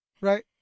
Right